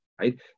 Right